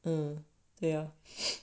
mm 对呀